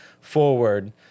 forward